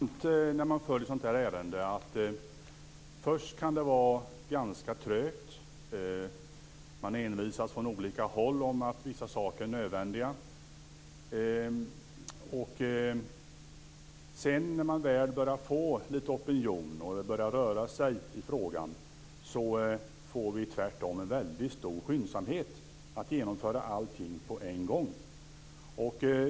Fru talman! Det är intressant att följa ett sådant här ärende. Först kan det vara ganska trögt. Man envisas från olika håll med att vissa saker är nödvändiga. Sedan, när man väl börjar få lite opinion och det börjar röra sig i frågan, får vi tvärtom en väldigt stor skyndsamhet att genomföra allting på en gång.